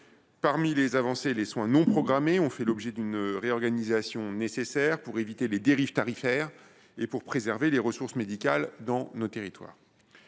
aux soins. Les soins non programmés ont fait l’objet d’une réorganisation, laquelle était nécessaire, pour éviter les dérives tarifaires et pour préserver les ressources médicales dans nos territoires.